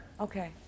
okay